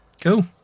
cool